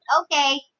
Okay